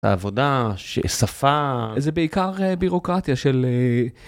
העבודה... ש... שפה... זה בעיקר בירוקרטיה של...